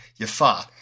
yafa